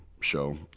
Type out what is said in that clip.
show